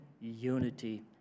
unity